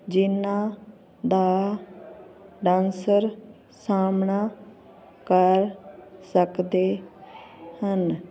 ਜਿਹਨਾਂ ਦਾ ਡਾਂਸਰ ਸਾਹਮਣਾ ਕਰ ਸਕਦੇ ਹਨ